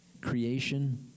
Creation